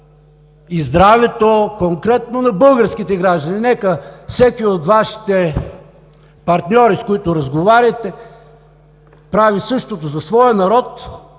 и здравето конкретно на българските граждани. Нека всеки от Вашите партньори, с които разговаряте, прави същото за своя народ,